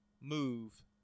move